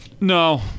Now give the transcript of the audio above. No